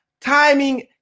Timing